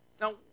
Now